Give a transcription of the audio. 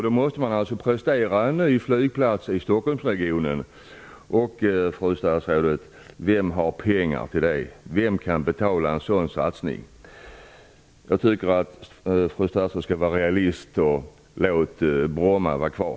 Då måste man prestera en ny flygplats i Stockholmsregionen. Vem har pengar till det, fru statsrådet? Vem kan betala en sådan satsning? Jag tycker att fru statsrådet skall vara realist och låta Bromma vara kvar.